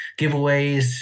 giveaways